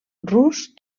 rus